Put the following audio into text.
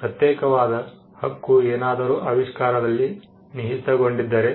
ಪ್ರತ್ಯೇಕವಾದ ಹಕ್ಕು ಏನಾದರೂ ಆವಿಷ್ಕಾರದಲ್ಲಿ ನಿಹಿತಗೊಂಡಿದ್ದರೆ